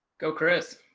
go, chris.